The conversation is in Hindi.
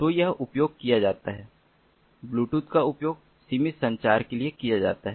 तो यह उपयोग किया जाता है ब्लूटूथ का उपयोग सीमित संचार के लिए किया जाता है